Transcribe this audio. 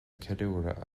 ceiliúradh